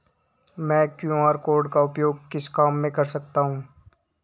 मैं QR code का उपयोग किस काम में कर सकता हूं?